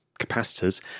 capacitors